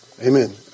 Amen